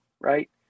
right